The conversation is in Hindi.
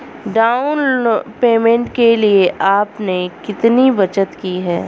डाउन पेमेंट के लिए आपने कितनी बचत की है?